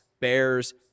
Bears